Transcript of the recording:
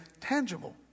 tangible